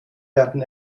werden